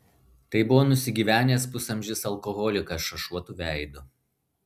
tai buvo nusigyvenęs pusamžis alkoholikas šašuotu veidu